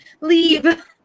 Leave